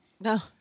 No